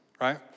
right